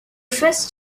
first